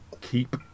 keep